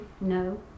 no